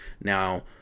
Now